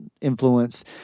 influence